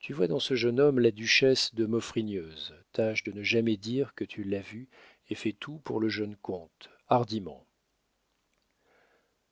tu vois dans ce jeune homme la duchesse de maufrigneuse tâche de ne jamais dire que tu l'as vue et fais tout pour le jeune comte hardiment